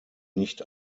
nicht